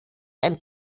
ein